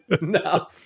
No